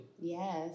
yes